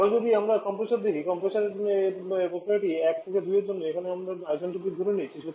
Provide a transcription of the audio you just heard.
এখন যদি আমরা কমপ্রেসার দেখি কমপ্রেসার এর প্রক্রিয়াটি 1 থেকে 2 এর জন্য আমরা একে আইসেন্ট্রোপিক বলে ধরে নিচ্ছি